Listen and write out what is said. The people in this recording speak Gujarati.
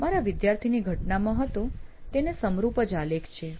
મારા વિદ્યાર્થીની ઘટનામાં હતો તેને સમરૂપ જ આલેખ છે